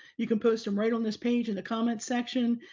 you can post them right on this page in the comments section.